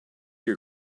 your